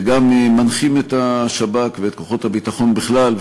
וגם מנחים את השב"כ ואת כוחות הביטחון בכלל,